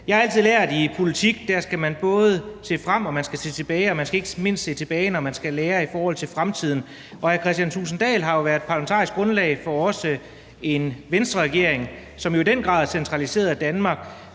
Jeg har altid lært, at i politik skal man både se frem og se tilbage, og man skal ikke mindst se tilbage, når man skal lære i forhold til fremtiden. Hr. Kristian Thulesen Dahl har jo været parlamentarisk grundlag for også en Venstreregering, som jo i den grad centraliserede Danmark,